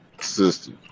system